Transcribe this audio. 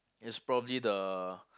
it's probably the